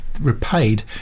repaid